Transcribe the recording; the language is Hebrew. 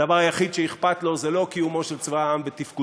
הדבר היחיד שאכפת לו זה לא קיומו של צבא העם ותפקודו,